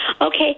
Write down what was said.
Okay